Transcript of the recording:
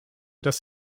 dass